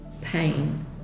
pain